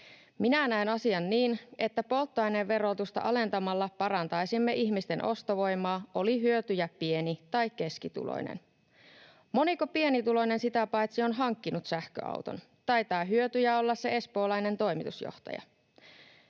Minä näen asian niin, että polttoaineen verotusta alentamalla parantaisimme ihmisten ostovoimaa, oli hyötyjä pieni- tai keskituloinen. Moniko pienituloinen sitä paitsi on hankkinut sähköauton? Taitaa hyötyjä olla se espoolainen toimitusjohtaja.